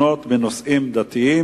ביום י"ד בניסן התשס"ט (8 באפריל